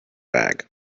bag